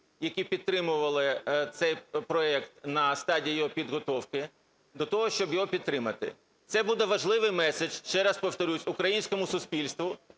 які підтримували цей проект на стадії його підготовки, до того, щоб його підтримати. Це буде важливий меседж, ще раз повторюсь, українському суспільству